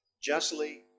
justly